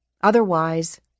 Otherwise